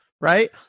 right